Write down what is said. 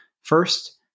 First